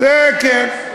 זה כן.